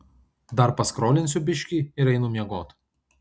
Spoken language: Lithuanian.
dar paskrolinsiu biškį ir einu miegot